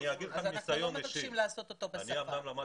אנחנו לא מבקשים לעשות אותו בשפה אחרת,